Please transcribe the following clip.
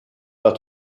pas